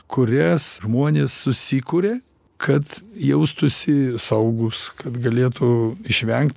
kurias žmonės susikuria kad jaustųsi saugūs kad galėtų išveng